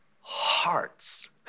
hearts